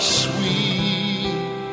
sweet